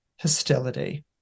hostility